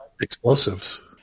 explosives